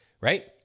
right